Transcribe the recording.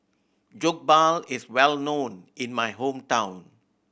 jokbal is well known in my hometown